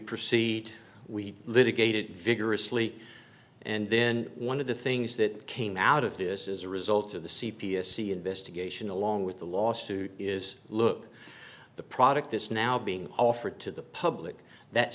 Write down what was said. proceed we litigated vigorously and then one of the things that came out of this as a result of the c p s see investigation along with the lawsuit is look the product is now being offered to the public that